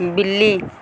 बिल्ली